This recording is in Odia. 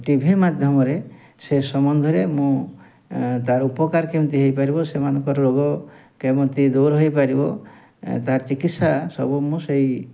ଟି ଭି ମାଧ୍ୟମରେ ସେ ସମ୍ବଦ୍ଧରେ ମୁଁ ଏଁ ତା'ର ଉପକାର କେମିତି ହେଇପାରିବ ସେମାନଙ୍କର ରୋଗ କେମତି ଦୂର ହେଇପାରିବ ଏଁ ତା'ର ଚିକିତ୍ସା ସବୁ ମୁଁ ସେହି